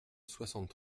soixante